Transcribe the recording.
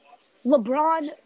LeBron